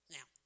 Now